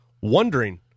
wondering